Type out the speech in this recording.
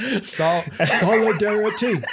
Solidarity